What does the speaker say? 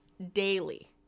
daily